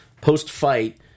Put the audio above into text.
post-fight